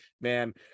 Man